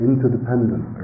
Interdependent